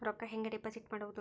ರೊಕ್ಕ ಹೆಂಗೆ ಡಿಪಾಸಿಟ್ ಮಾಡುವುದು?